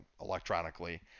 electronically